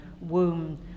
womb